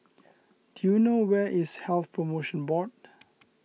do you know where is Health Promotion Board